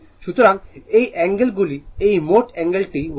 সুতরাং এই অ্যাঙ্গেল গুলি এই মোট অ্যাঙ্গেল টি 135o